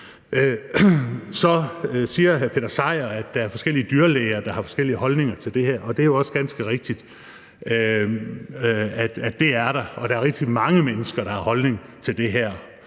Seier Christensen, at der er forskellige dyrlæger, der har forskellige holdninger til det her, og det er jo også ganske rigtigt, at der er det, og der er rigtig mange mennesker, der har holdninger til det her,